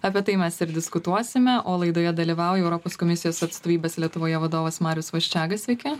apie tai mes ir diskutuosime o laidoje dalyvauja europos komisijos atstovybės lietuvoje vadovas marius vaščega sveiki